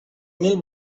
mil